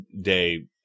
day